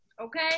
Okay